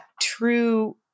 true